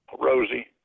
Rosie